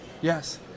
Yes